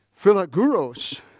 philaguros